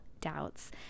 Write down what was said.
doubts